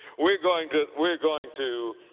we're going to, we're going to,